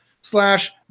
slash